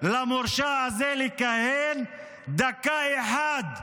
למורשע הזה לכהן דקה אחת כשר.